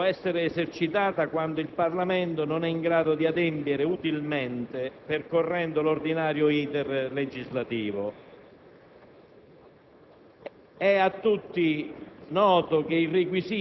È altrettanto consapevole che tale facoltà può essere esercitata quando il Parlamento non è in grado di adempiere utilmente alla sua funzione percorrendo l'ordinario *iter* legislativo.